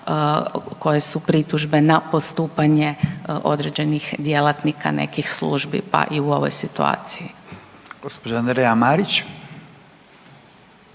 koje su pritužbe na postupanje određenih djelatnika nekih službi, pa i u ovoj situaciji. **Radin, Furio